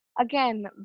again